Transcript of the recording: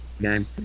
game